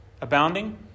abounding